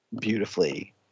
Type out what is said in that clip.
beautifully